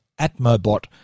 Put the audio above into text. Atmobot